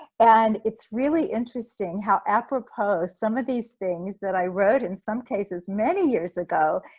and it's really interesting how apropos some of these things that i wrote in some cases many years ago,